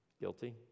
Guilty